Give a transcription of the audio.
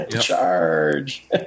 Charge